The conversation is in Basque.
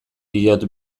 diot